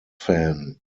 fan